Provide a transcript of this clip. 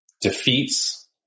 defeats